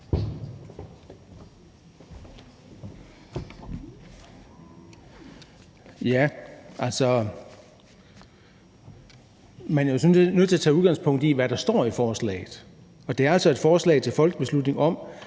sådan set nødt til at tage udgangspunkt i, hvad der står i forslaget, og det er altså et forslag til folketingsbeslutning om,